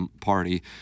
party